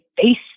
face